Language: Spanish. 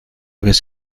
vez